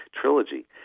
trilogy